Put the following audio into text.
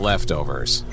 leftovers